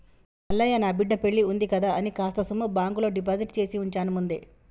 మల్లయ్య నా బిడ్డ పెల్లివుంది కదా అని కాస్త సొమ్ము బాంకులో డిపాజిట్ చేసివుంచాను ముందే